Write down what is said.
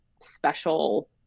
special